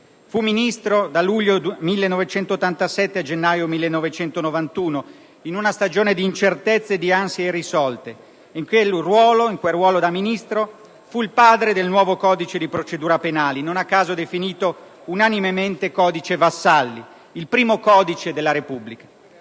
Fu Ministro dal luglio 1987 al gennaio 1991, in una stagione di incertezze e di ansie irrisolte; in quel ruolo fu il padre del nuovo codice di procedura penale, non a caso definito unanimemente codice Vassalli (il primo codice della Repubblica).